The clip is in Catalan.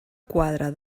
quadra